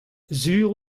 sur